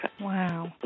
Wow